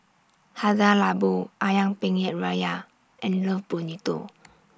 Hada Labo Ayam Penyet Ria and Love Bonito